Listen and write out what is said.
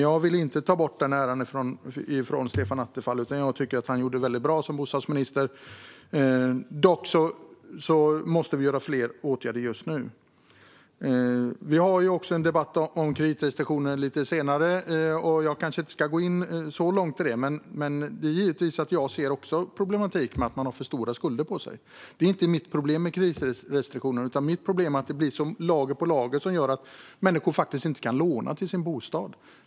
Jag vill inte ta äran från Stefan Attefall, utan jag tycker att han gjorde det väldigt bra som bostadsminister. Dock måste vi vidta fler åtgärder just nu. Vi har en debatt om kreditrestriktioner lite senare. Jag kanske inte ska gå in så långt i det, men jag ser givetvis också problematiken med att man har för stora skulder. Detta är dock inte mitt problem med kreditrestriktioner, utan mitt problem är att det blir lager på lager som gör att människor inte kan låna till sin bostad.